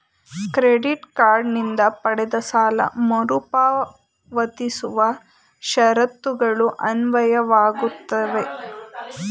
credit card ನಿಂದ ಪಡೆದ ಸಾಲ ಮರುಪಾವತಿಸುವ ಷರತ್ತುಗಳು ಅನ್ವಯವಾಗುತ್ತವೆ